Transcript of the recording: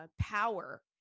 power